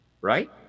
right